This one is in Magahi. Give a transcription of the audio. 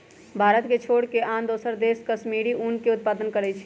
भारत के छोर कऽ आन दोसरो देश सेहो कश्मीरी ऊन के उत्पादन करइ छै